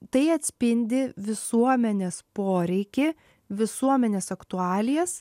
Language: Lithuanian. tai atspindi visuomenės poreikį visuomenės aktualijas